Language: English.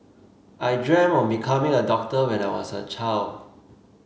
I dreamt of becoming a doctor when I was a child